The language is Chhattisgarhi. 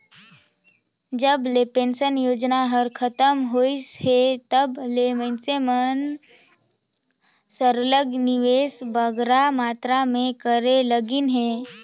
जब ले पेंसन योजना हर खतम होइस हे तब ले मइनसे मन सरलग निवेस बगरा मातरा में करे लगिन अहे